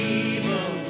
evil